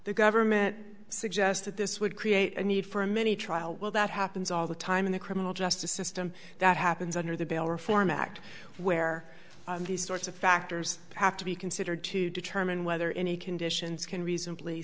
the government suggested this would create a need for a mini trial well that happens all the time in the criminal justice system that happens under the bail reform act where these sorts of factors have to be considered to determine whether any conditions can reasonably